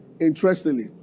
interestingly